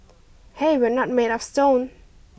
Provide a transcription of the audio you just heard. hey we're not made of stone